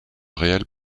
réels